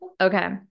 okay